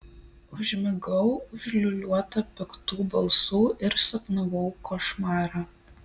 užmigau užliūliuota piktų balsų ir sapnavau košmarą